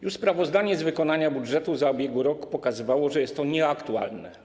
Już sprawozdanie z wykonania budżetu za ubiegły rok pokazywało, że jest to nieaktualne.